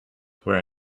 were